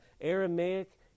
Aramaic